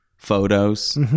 photos